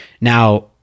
now